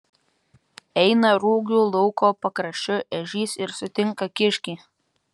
eina rugių lauko pakraščiu ežys ir sutinka kiškį